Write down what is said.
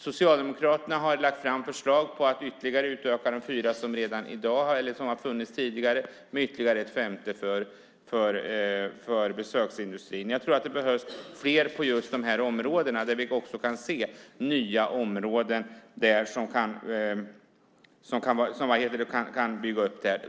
Socialdemokraterna har lagt fram förslag på att utöka de fyra som har funnits tidigare med ytterligare ett femte för besöksindustrin. Jag tror att det behövs fler på just de områdena. Vi kan också se nya områden som kan bygga upp det här.